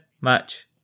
match